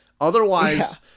Otherwise